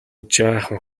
жаахан